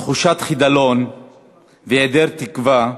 תחושת חידלון והיעדר תקווה,